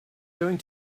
going